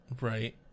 Right